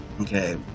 okay